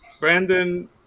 Brandon